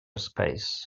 space